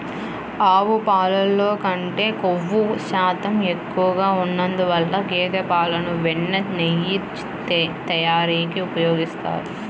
ఆవు పాలల్లో కంటే క్రొవ్వు శాతం ఎక్కువగా ఉన్నందువల్ల గేదె పాలను వెన్న, నెయ్యి తయారీకి ఉపయోగిస్తారు